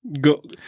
Go